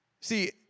See